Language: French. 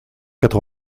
quatre